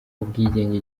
ubwigenge